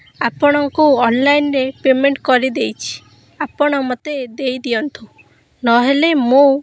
ଆପଣଙ୍କୁ ଅନଲାଇନ୍ରେ ପେମେଣ୍ଟ୍ କରିଦେଇଛି ଆପଣ ମୋତେ ଦେଇ ଦିଅନ୍ତୁ ନହେଲେ ମୁଁ